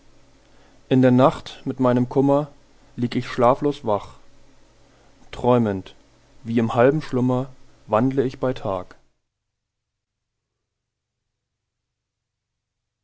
in der nacht mit meinem kummer lieg ich schlaflos wach träumend wie im halben schlummer wandle ich bei tag